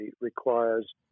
requires